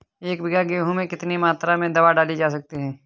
एक बीघा गेहूँ में कितनी मात्रा में दवा डाली जा सकती है?